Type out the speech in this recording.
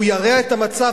והוא ירע את המצב,